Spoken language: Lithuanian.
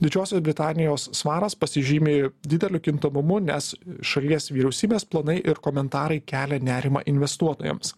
didžiosios britanijos svaras pasižymi dideliu kintamumu nes šalies vyriausybės planai ir komentarai kelia nerimą investuotojams